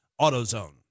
AutoZone